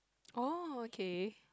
oh okay